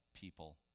people